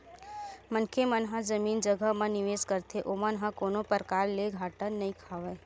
मनखे मन ह जमीन जघा म निवेस करथे ओमन ह कोनो परकार ले घाटा नइ खावय